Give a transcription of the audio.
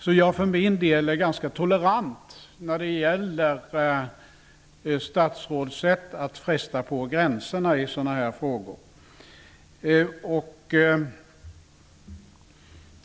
Jag är för min del ganska tolerant när det gäller statsråds sätt att fresta på gränserna i sådana frågor.